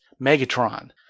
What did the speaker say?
Megatron